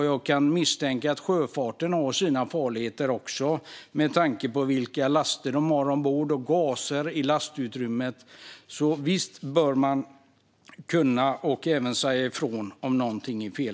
Jag misstänker att sjöfarten också har sina farligheter, med tanke på vilka laster de har ombord, till exempel gaser i lastutrymmet. Visst bör man kunna säga ifrån, och faktiskt göra det, om något är fel.